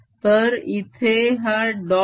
तर इथे हा डॉट